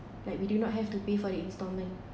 like we do not have to pay for the installment